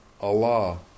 Allah